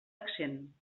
accent